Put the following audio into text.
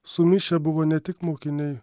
sumišę buvo ne tik mokiniai